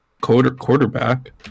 quarterback